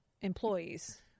employees